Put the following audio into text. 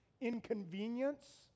inconvenience